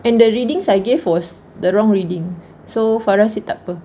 and the readings I gave was the wrong reading so farah said tak apa